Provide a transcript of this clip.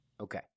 Okay